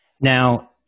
Now